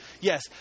Yes